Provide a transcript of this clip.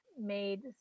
made